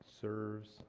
serves